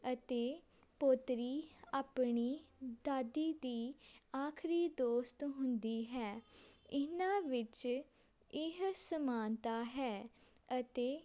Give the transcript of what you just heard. ਅਤੇ ਪੋਤਰੀ ਆਪਣੀ ਦਾਦੀ ਦੀ ਆਖਰੀ ਦੋਸਤ ਹੁੰਦੀ ਹੈ ਇਹਨਾਂ ਵਿੱਚ ਇਹ ਸਮਾਨਤਾ ਹੈ ਅਤੇ